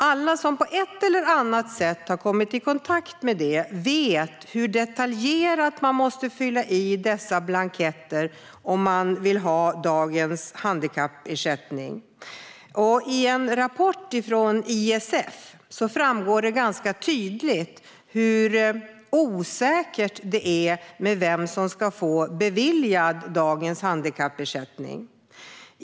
Alla som på ett eller annat sätt har kommit i kontakt med detta vet hur detaljerat man måste fylla i dessa blanketter om man vill ha dagens handikappersättning. I en rapport från ISF framgår ganska tydligt hur osäkert det är vem som ska beviljas dagens handikappersättning.